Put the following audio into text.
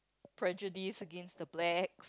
prejudice against the black